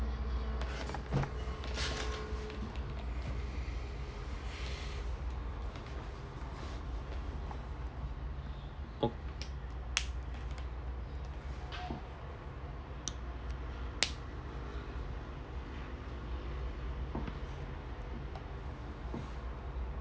okay